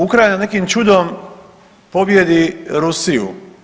Ukrajina nekim čudom pobijedi Rusiju.